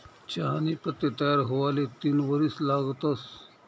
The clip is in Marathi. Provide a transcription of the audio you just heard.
चहानी पत्ती तयार हुवाले तीन वरीस लागतंस